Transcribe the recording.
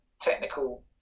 technical